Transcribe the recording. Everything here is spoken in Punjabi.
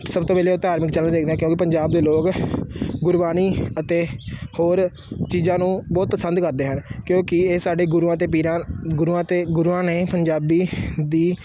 ਸਭ ਤੋਂ ਪਹਿਲੇ ਉਹ ਧਾਰਮਿਕ ਚੈਨਲ ਦੇਖਦੇ ਆ ਕਿਉਂਕਿ ਪੰਜਾਬ ਦੇ ਲੋਕ ਗੁਰਬਾਣੀ ਅਤੇ ਹੋਰ ਚੀਜ਼ਾਂ ਨੂੰ ਬਹੁਤ ਪਸੰਦ ਕਰਦੇ ਹਨ ਕਿਉਂਕਿ ਇਹ ਸਾਡੇ ਗੁਰੂਆਂ ਅਤੇ ਪੀਰਾਂ ਗੁਰੂਆਂ ਅਤੇ ਗੁਰੂਆਂ ਨੇ ਪੰਜਾਬੀ ਦੀ